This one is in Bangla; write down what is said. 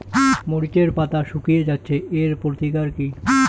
মরিচের পাতা শুকিয়ে যাচ্ছে এর প্রতিকার কি?